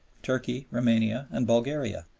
turkey, roumania, and bulgaria.